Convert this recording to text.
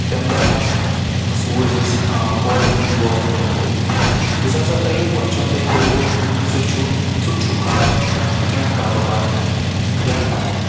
تمہِ دۄہ ہس سوٗز أسۍ گورمینٹ گورمینٹَن گورمینٹن تور یُس ہسا ترٛیِم کوسچن تۄہہِ کوٚروُ سُہ چھُ ژٕ چھُکھ کینٛہہ کاروبار کران یا پران چھُکھ